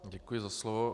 Děkuji za slovo.